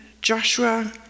Joshua